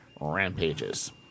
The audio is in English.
rampages